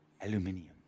Aluminium